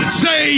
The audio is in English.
say